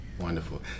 Wonderful